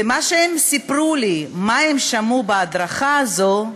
וממה שהם סיפרו לי על מה שהם שמעו בהדרכה הזו,